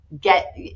get